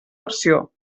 versió